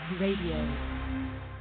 Radio